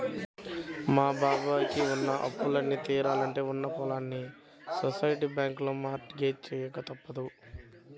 మా బాబాయ్ కి ఉన్న అప్పులన్నీ తీరాలంటే ఉన్న పొలాల్ని సొసైటీ బ్యాంకులో మార్ట్ గేజ్ చెయ్యక తప్పదు